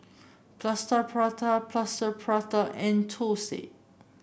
Plaster Prata Plaster Prata and thosai